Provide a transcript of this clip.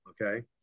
okay